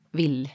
vill